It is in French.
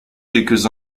quelques